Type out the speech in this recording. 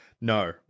No